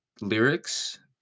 lyrics